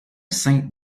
saint